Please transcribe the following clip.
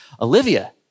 Olivia